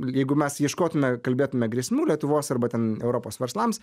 jeigu mes ieškotume kalbėtume grėsmių lietuvos arba ten europos verslams